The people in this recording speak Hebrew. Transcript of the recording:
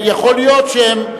שיכול להיות שהם,